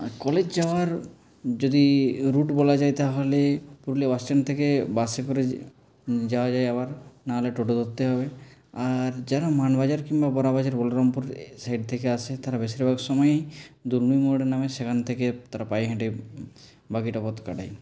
আর college যাওয়ার যদি route বলা যায় তাহলে পুরুলিয়া বাস স্ট্যান্ড থেকে বাসে করে যাওয়া যায় আবার না হলে টোটো ধরতে হবে আর যারা মানবাজার কিংবা বড়াবাজার বলরামপুর সাইড থেকে আসে তারা বেশিরভাগ সময়েই দুলমি মোড় নামে সেখান থেকে তারা পায়ে হেঁটে বাকিটা পথ কাটায়